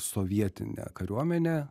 sovietinę kariuomenę